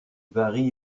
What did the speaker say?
vari